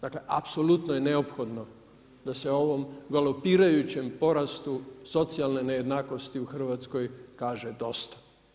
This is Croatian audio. Dakle, apsolutno je neophodno da se ovom galopirajućem porastu socijalne nejednakosti u Hrvatskoj kaže dosta.